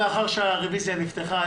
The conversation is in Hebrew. לאחר שהרביזיה נפתחה,